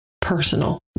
personal